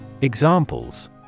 Examples